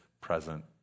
present